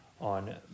on